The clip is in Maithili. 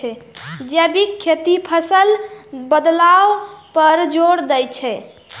जैविक खेती फसल बदलाव पर जोर दै छै